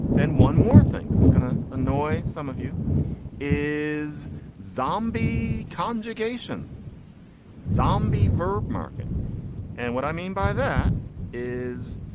then one more thing this is going to annoy some of you is zombie conjugation zombie verb marking and what i mean by that is.